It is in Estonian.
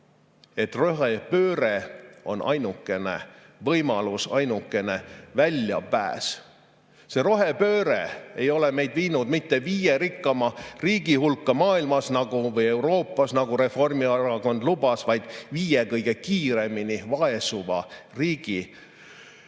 et rohepööre on ainukene võimalus, ainukene väljapääs. See rohepööre ei ole meid viinud mitte viie rikkaima riigi hulka Euroopas, nagu Reformierakond lubas, vaid viie kõige kiiremini vaesuva riigi